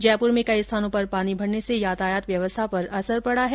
जयपुर में कई स्थानों पर पानी भरने से यातायात व्यवस्था पर असर पडा है